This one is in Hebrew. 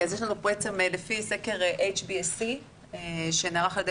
אז יש לנו בעצם לפי סקר HBSC שנערך על ידי